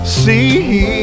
see